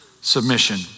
submission